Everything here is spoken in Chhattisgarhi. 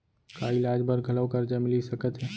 का इलाज बर घलव करजा मिलिस सकत हे?